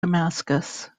damascus